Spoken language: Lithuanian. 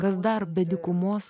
kas dar be dykumos